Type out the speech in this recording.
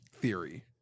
theory